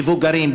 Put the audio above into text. מבוגרים,